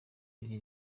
iri